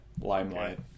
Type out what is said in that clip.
limelight